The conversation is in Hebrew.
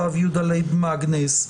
הרב יהודה לייב מגנס,